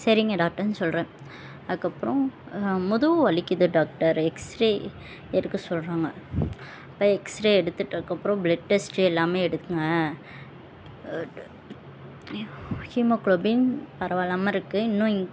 சரிங்க டாக்டர்னு சொல்கிறேன் அதுக்கப்புறம் முதுகு வலிக்குது டாக்டர் எக்ஸ்ரே எடுக்க சொல்கிறாங்க அப்போ எக்ஸ்ரே எடுத்துவிட்டு அதுக்கப்புறம் பிளட் டெஸ்ட் எல்லாமே எடுங்க ஹீமோ ஹீமோக்ளோபின் பரவாயில்லாம இருக்குது இன்னும்